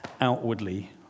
outwardly